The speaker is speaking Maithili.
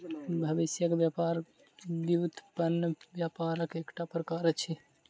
भविष्यक व्यापार व्युत्पन्न व्यापारक एकटा प्रकार अछि